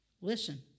listen